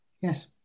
Yes